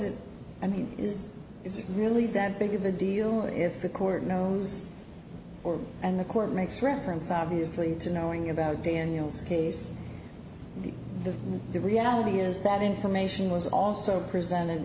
't i mean is is it really that big of a deal if the court knows or and the court makes reference obviously to knowing about daniel's case the reality is that information was also presented